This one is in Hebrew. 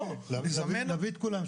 נביא את כולם,